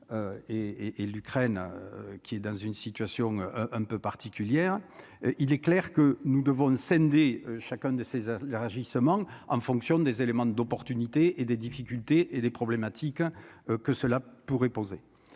et l'Ukraine, qui est dans une situation un peu particulière, il est clair que nous devons Sandy, chacun de ces à leur agissement en fonction des éléments d'opportunités et des difficultés et des problématiques que cela pourrait poser